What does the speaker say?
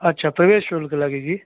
अच्छा प्रवेश शुल्क लगेगी